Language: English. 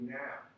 now